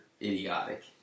idiotic